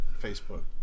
Facebook